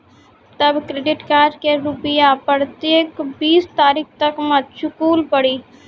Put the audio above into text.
तब credit card के रूपिया प्रतीक बीस तारीख तक मे चुकल पड़ी?